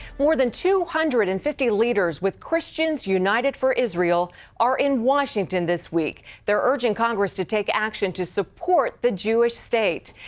more than two hundred and fifty leaders with christians united for israel are in washington this week. they're urging congress to take action to support the jewish state.